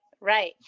Right